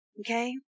Okay